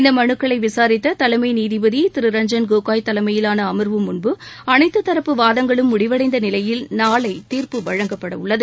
இந்த மனுக்களை விசாரித்த தலைமை நீதிபதி திரு ரஞ்சள் கோகோய் தலைமையிலான அர்வு முள் அனைத்து தரப்பு வாதங்களும் முடிவடைந்த நிலையில் நாளை தீர்ப்பு வழங்கப்பட உள்ளது